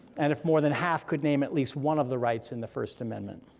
and if more than half could name at least one of the rights in the first amendment.